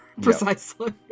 precisely